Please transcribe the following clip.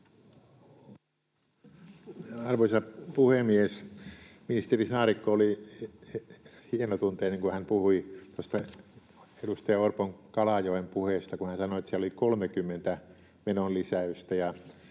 kokoomuksesta?] Ministeri Saarikko oli hienotunteinen, kun hän puhui tuosta edustaja Orpon Kalajoen puheesta, kun hän sanoi, että siellä oli 30 menolisäystä